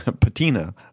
patina